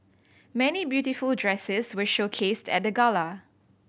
many beautiful dresses were showcased at the gala